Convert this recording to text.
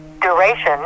Duration